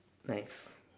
nice